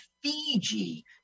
Fiji